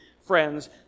friends